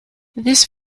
this